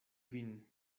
vin